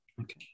Okay